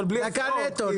דקה נטו.